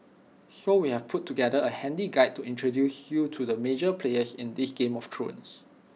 so we've put together A handy guide to introduce you to the major players in this game of thrones